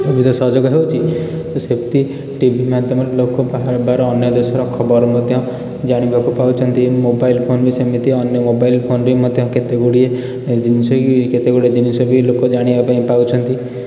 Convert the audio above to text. ସୁବିଧା ସହଯୋଗ ହେଉଛି ତ ସେମତି ଟିଭି ମାଧ୍ୟମରେ ଲୋକ ବାହାର ବାର ଅନ୍ୟଦେଶର ଖବର ମଧ୍ୟ ଜାଣିବାକୁ ପାଉଛନ୍ତି ମୋବାଇଲ ଫୋନ ବି ସେମିତି ଅନ୍ୟ ମୋବାଇଲ ବି ମଧ୍ୟ କେତେଗୁଡ଼ିଏ ଜିନିଷ କି କେତେଗୁଡ଼ିଏ ଜିନିଷ ବି ଲୋକ ଜାଣିବା ପାଇଁ ପାଉଛନ୍ତି